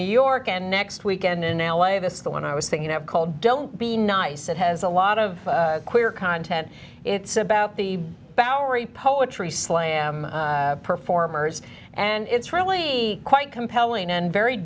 new york and next weekend in l a this is the one i was thinking of called don't be nice it has a lot of queer content it's about the bowery poetry slam performers and it's really quite compelling and very